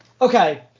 Okay